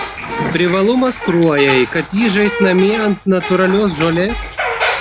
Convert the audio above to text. privalumas kruojai kad ji žais namie ant natūralios žolės